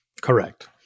Correct